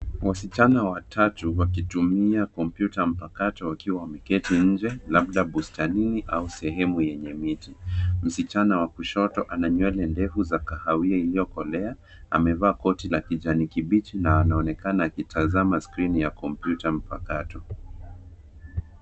Wasichana watatu wakitumia kompyuta mpakato wakiwa wameketi nje labda bustanini au sehemu yenye miti. Msichana wa kushoto ana nywele ndefu za kahawia iliyokolea, amevaa koti la kijani kibichi na anaonekana akitazama skrini ya kompyuta mpakato.